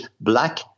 black